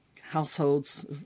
households